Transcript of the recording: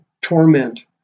torment